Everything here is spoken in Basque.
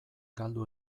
galdu